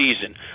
season